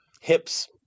Hips